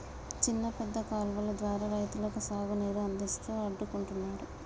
చిన్న పెద్ద కాలువలు ద్వారా రైతులకు సాగు నీరు అందిస్తూ అడ్డుకుంటున్నారు